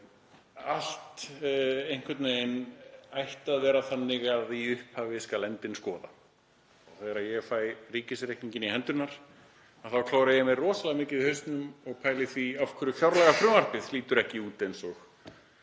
Allt ætti að vera þannig að í upphafi skal endinn skoða. Þegar ég fæ ríkisreikninginn í hendurnar þá klóra ég mér rosalega mikið í hausnum og pæli í því af hverju fjárlagafrumvarpið lítur ekki út eins og